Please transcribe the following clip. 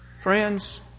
Friends